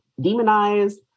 Demonized